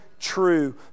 true